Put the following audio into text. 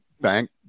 bank